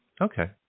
Okay